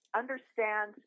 understand